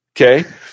okay